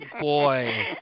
boy